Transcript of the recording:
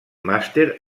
màster